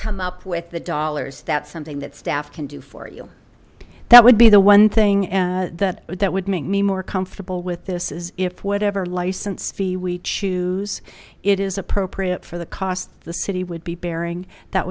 come up with the dollars that's something that staff can do for you that would be the one thing that that would make me more comfortable with this is if whatever license fee we choose it is appropriate for the cost the city would be barring that